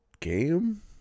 Game